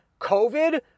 COVID